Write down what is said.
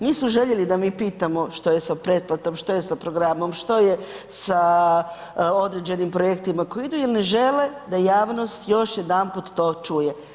Nisu željeli da mi pitamo što je sa pretplatom, što je sa programom, što je sa određenim projektima koji idu jer ne žele da javnost još jedanput to čuje.